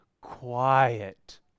quiet